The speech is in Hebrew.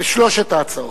בשלוש ההצעות.